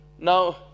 Now